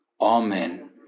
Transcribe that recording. Amen